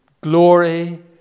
glory